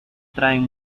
traen